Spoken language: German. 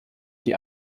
die